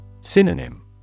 Synonym